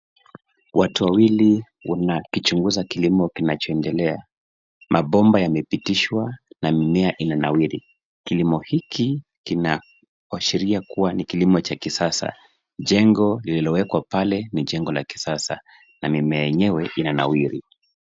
Watu wawili wanakichunguza kilimo kinachoendelea. Mabomba yamepitishwa na mimea inanawiri. Kilimo hiki kinaashiria kuwa ni kilimo cha kisasa. Jengo lililowekwa pale ni jengo la kisasa na mimea yenyewe inanawiri.